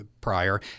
prior